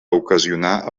ocasionar